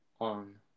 on